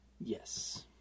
Yes